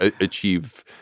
achieve